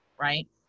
right